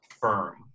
firm